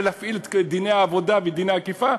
ולהפעיל את דיני העבודה ודיני האכיפה,